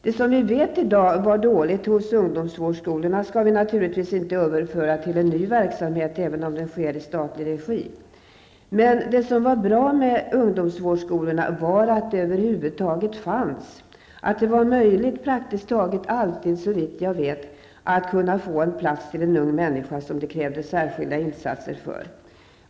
Det som vi i dag vet var dåligt hos ungdomsvårdsskolorna skall vi naturligtvis inte överföra till en ny verksamhet, även om den sker i statlig regi. Men det som var bra med ungdomsvårdsskolorna var att de över huvud taget fanns, att det var möjligt att praktiskt taget alltid, såvitt jag vet, få en plats till en ung människa som det krävdes särskilda insatser för.